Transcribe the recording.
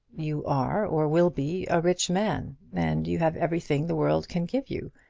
you are, or will be, a rich man, and you have everything the world can give you.